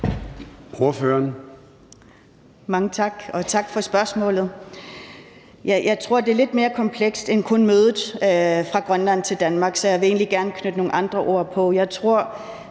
Mange tak, og tak for spørgsmålet. Jeg tror, det er lidt mere komplekst end kun mødet mellem Grønland og Danmark, så jeg vil egentlig gerne knytte nogle andre ord til